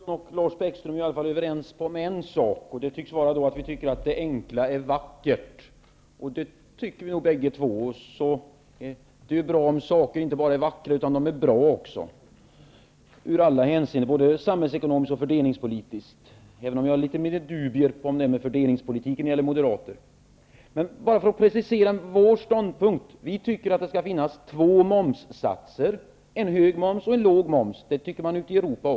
Herr talman! Karl-Gösta Svenson och jag är i alla fall överens om en sak, nämligen att vi tycker att det enkla är vackert. Det är dock bra om saker inte bara är vackra utan även bra, både samhällsekonomiskt och fördelningspolitiskt. Jag har emellertid mina dubier beträffande fördelningspolitik när det gäller Moderaterna. Jag skall precisera vår ståndpunkt. Vi anser att det skall finnas två momssatser, en hög moms och en låg moms. Det anser man även ute i Europa.